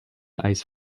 ice